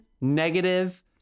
negative